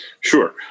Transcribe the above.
Sure